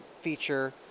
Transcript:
feature